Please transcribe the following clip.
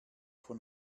von